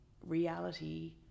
reality